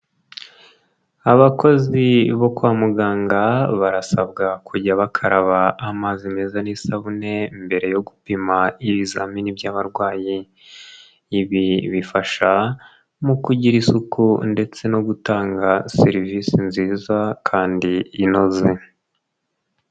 Abakozi bo kwa muganga barasabwa kujya bakaraba amazi meza n'isabune, mbere yo gupima ibizamini by'abarwayi, ibi bifasha mu kugira isuku ndetse no gutanga serivisi nziza kandi inoze.